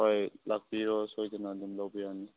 ꯍꯣꯏ ꯂꯥꯛꯄꯤꯔꯣ ꯁꯣꯏꯗꯅ ꯑꯗꯨꯝ ꯂꯧꯕ ꯌꯥꯅꯤ